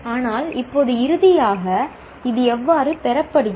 ஆனால் இப்போது இறுதியாக இது எவ்வாறு பெறப்படுகிறது